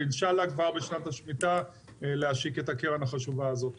ואינשאללה כבר בשנת השמיטה להשיק את הקרן החשובה הזאת.